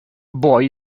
boy